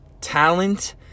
talent